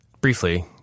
Briefly